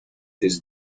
this